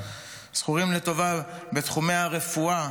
זכורים לטובה בתחומי הרפואה,